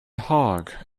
hog